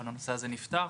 אבל הנושא הזה נפתר.